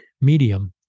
medium